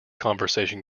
conversation